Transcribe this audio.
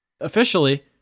Officially